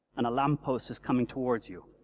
and a lamppost is coming towards you,